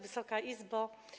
Wysoka Izbo!